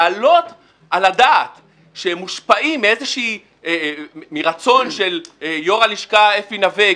להעלות על הדעת שהם מושפעים מרצון של יו"ר הלשכה אפי נוה,